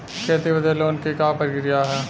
खेती बदे लोन के का प्रक्रिया ह?